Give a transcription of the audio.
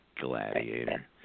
Gladiator